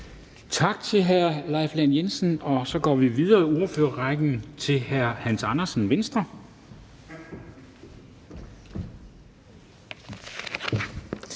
Tak til hr. Leif Lahn Jensen, og så går vi videre i ordførerrækken til hr. Hans Andersen, Venstre.